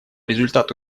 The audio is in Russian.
результат